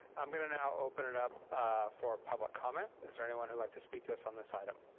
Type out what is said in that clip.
i'm gonna now open it up for public comment. is there anyone who'd like to speak to us on this item?